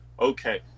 Okay